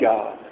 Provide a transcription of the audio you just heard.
God